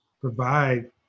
provide